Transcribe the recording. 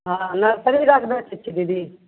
हँ नर्सरी गाछ बेचै छियै दीदी